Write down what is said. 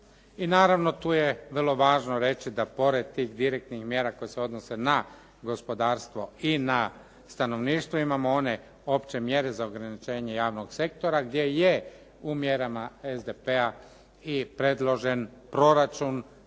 I naravno tu je vrlo važno reći da pored tih direktnih mjera da se odnose na gospodarstvo i na stanovništvo imamo one opće mjere za ograničenje javnog sektora gdje je u mjerama SDP-a i predložen proračun